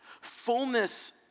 Fullness